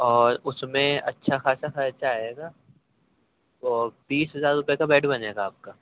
اور اس میں اچھا خاصا خرچہ آئے گا اور بیس ہزار روپے کا بیڈ بنے گا آپ کا